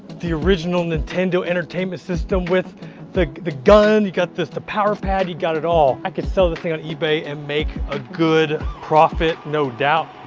the original nintendo entertainment system with the the gun, you got this, the power pad, you got it all. i could sell the thing on ebay and make a good profit, no doubt.